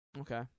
okay